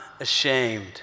ashamed